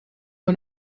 een